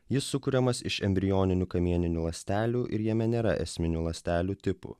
jis sukuriamas iš embrioninių kamieninių ląstelių ir jame nėra esminių ląstelių tipų